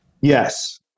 Yes